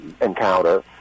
encounter